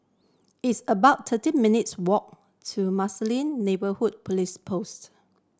it's about thirteen minutes' walk to Marsiling Neighbourhood Police Post